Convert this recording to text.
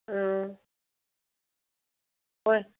ꯑ ꯍꯣꯏ